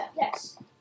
Yes